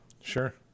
Sure